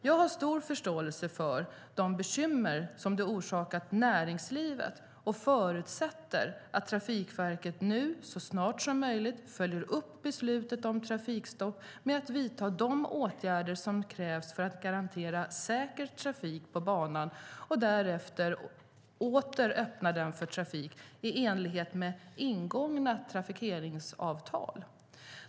Jag har stor förståelse för de bekymmer som det orsakat näringslivet och förutsätter att Trafikverket nu så snart som möjligt följer upp beslutet om trafikstopp med att vidta de åtgärder som krävs för att garantera säker trafik på banan och därefter åter öppna den för trafik i enlighet med ingångna trafikeringsavtal.